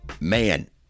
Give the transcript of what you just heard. man